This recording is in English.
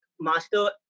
master